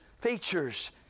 features